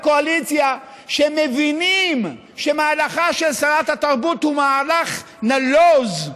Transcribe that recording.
קואליציה שמבינים שמהלכה של שרת התרבות הוא מהלך נלוז.